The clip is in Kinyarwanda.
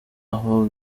abo